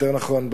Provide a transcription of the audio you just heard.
יותר נכון,